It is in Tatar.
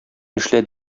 эшлә